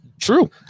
True